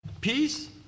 peace